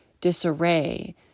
disarray